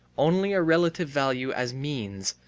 only a relative value as means,